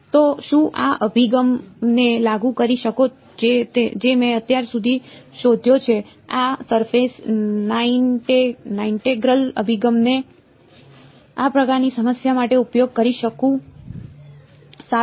તો શું હું આ અભિગમને લાગુ કરી શકું જે મેં અત્યાર સુધી શોધ્યો છે આ સરફેસ નાઇન્ટેગ્રલ અભિગમને હું આ પ્રકારની સમસ્યા માટે ઉપયોગ કરી શકું